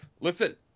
Listen